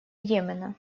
йемена